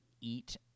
eat